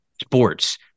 sports